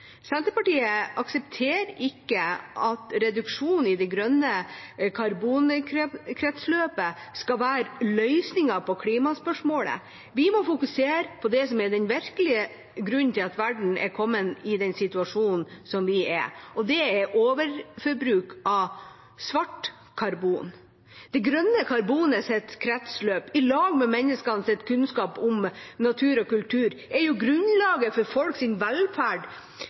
at reduksjon i det grønne karbonkretsløpet skal være løsningen på klimaspørsmålet. Vi må fokusere på det som er den virkelige grunnen til at verden er kommet i den situasjonen som den er, og det er overforbruk av svart karbon. Det grønne karbonets kretsløp, i lag med menneskenes kunnskap om natur og kultur, er jo grunnlaget for folks velferd